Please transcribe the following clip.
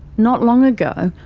not long ago,